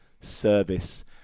service